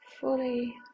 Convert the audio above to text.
fully